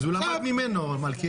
אז הוא למד מממנו, מלכיאלי.